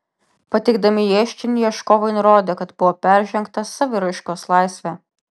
pateikdami ieškinį ieškovai nurodė kad buvo peržengta saviraiškos laisvė